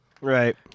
Right